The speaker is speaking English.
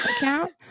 account